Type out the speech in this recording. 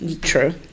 True